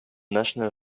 national